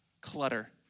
Clutter